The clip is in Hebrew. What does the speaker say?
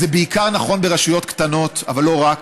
וזה בעיקר נכון ברשויות קטנות, אבל לא רק,